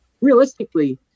realistically